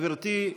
גברתי,